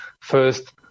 first